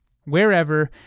Wherever